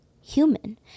human